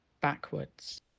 backwards